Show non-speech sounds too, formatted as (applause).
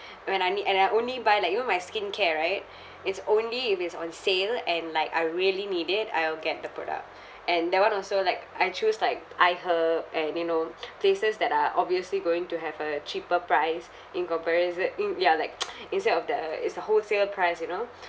when I need and I only buy like you know my skincare right it's only if it's on sale and like I really need it I will get the product and that [one] also like I choose like iHerb and you know places that are obviously going to have a cheaper price in compariso~ in ya like (noise) instead of the it's a wholesale price you know